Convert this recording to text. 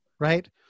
right